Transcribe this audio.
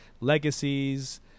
Legacies